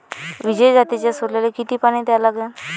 विजय जातीच्या सोल्याले किती पानी द्या लागन?